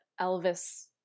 Elvis